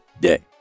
day